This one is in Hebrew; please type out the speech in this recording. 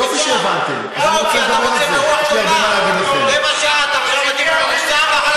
כמה זמן, רבע שעה אתה מטיף לנו מוסר.